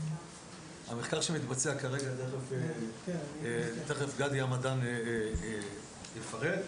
המחקר שמתבצע כרגע וגדי המדען תכף יפרט,